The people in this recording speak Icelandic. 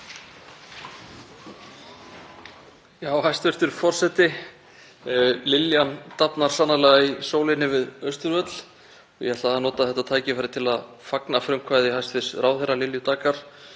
Hæstv. forseti. Liljan dafnar sannarlega í sólinni við Austurvöll og ég ætla að nota þetta tækifæri til að fagna frumkvæði hæstv. ráðherra, Lilju Daggar